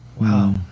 Wow